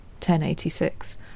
1086